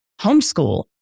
homeschool